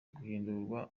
guhindurirwa